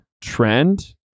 trend